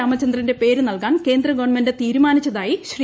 രാമചന്ദ്രന്റെ പേര് നൽകാൻ കേന്ദ്രഗവൺമെന്റ് തീരുമാനി ച്ചതായി ശ്രീ